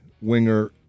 winger